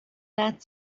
that